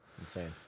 Insane